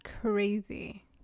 crazy